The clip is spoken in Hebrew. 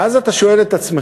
ואז אתה שואל את עצמך,